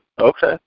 Okay